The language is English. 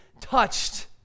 touched